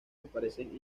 aparecen